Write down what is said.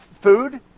food